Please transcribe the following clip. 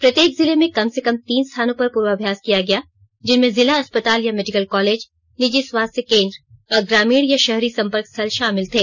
प्रत्येक जिले में कम से कम तीन स्थानों पर प्रर्वभ्यास किया गया जिनमें जिला अस्पताल या मेडिकल कॉलेज निजी स्वास्थ्य केंद्र और ग्रामीण या शहरी संपर्क स्थल शामिल थे